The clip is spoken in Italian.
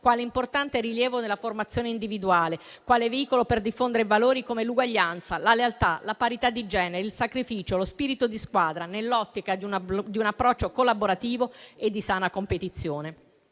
sport importante rilievo nella formazione individuale e guardano ad esso quale veicolo per diffondere valori come l'uguaglianza, la lealtà, la parità di genere, il sacrificio e lo spirito di squadra: ciò nell'ottica di un approccio collaborativo e di sana competizione,